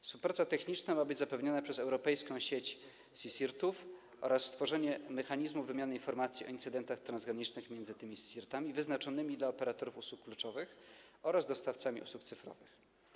Współpraca techniczna ma być zapewniona przez europejską sieć CSIRT-ów oraz stworzenie mechanizmu wymiany informacji o incydentach transgranicznych między tymi CSIRT-ami wyznaczonymi dla operatorów usług kluczowych oraz dostawcami usług cyfrowych.